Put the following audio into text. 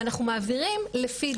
ואנחנו מעבירים לפי דת.